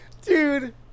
dude